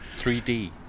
3D